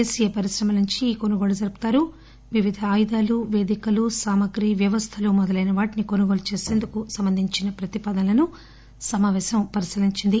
దేశీయ పరిశ్రమల నుంచి ఈ కొనుగోళ్లు జరుపుతారు వివిధ ఆయుధాలు పేదికలు సామగ్రి వ్యవస్థలు మొదలైన వాటిని కొనుగోలు చేసేందుకు సంబంధించిన ప్రతిపాదనలను సమాపేశం పరిశీలించింది